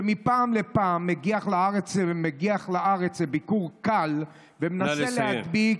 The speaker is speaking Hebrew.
שמפעם לפעם מגיח לארץ לביקור קל, נא לסיים.